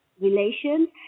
relations